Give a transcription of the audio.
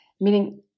meaning